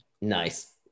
nice